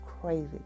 crazy